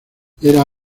era